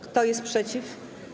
Kto jest przeciw?